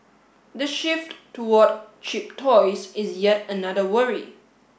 the shift toward cheap toys is yet another worry